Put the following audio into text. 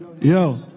Yo